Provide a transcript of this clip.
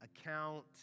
account